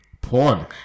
porn